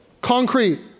concrete